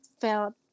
felt